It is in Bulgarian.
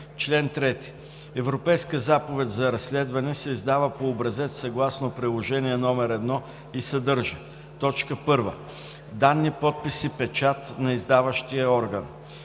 Чл. 3. Европейска заповед за разследване се издава по образец съгласно приложение № 1 и съдържа: 1. данни, подпис и печат на издаващия орган;